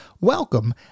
welcome